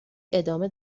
ادامه